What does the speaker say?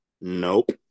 Nope